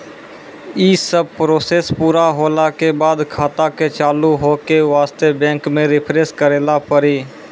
यी सब प्रोसेस पुरा होला के बाद खाता के चालू हो के वास्ते बैंक मे रिफ्रेश करैला पड़ी?